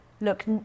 look